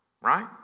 Right